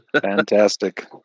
Fantastic